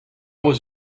was